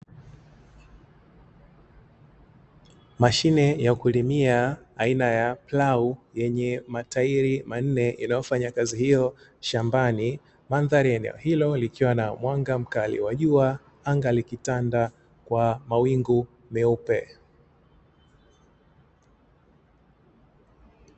Mashine ya kulimia aina ya plau yenye matairi manne inayofanya kazi hiyo shambani, mandhari ya eneo hilo likiwa na mwanga mkali wa jua, anga likitanda kwa mawingu meupe.